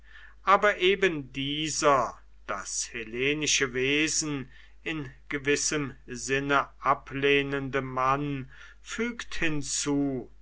aber eben dieser das hellenische wesen in gewissem sinne ablehnende mann fügt hinzu